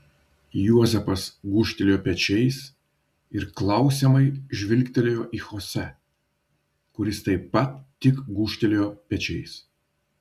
juozapas gūžtelėjo pečiais ir klausiamai žvilgtelėjo į chose kuris taip pat tik gūžtelėjo pečiais